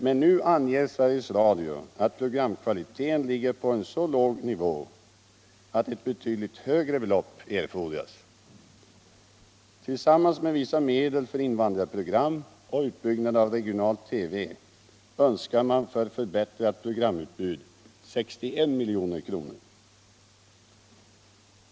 Men nu anger Sveriges Radio att programkvaliteten ligger på en så låg nivå att ett betydligt högre belopp erfordras. Tillsammans med vissa medel för invandrarprogram och utbyggnad av regional TV önskar företaget för förbättrad programkvalitet 61 milj.kr.